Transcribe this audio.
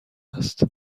است